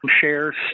shares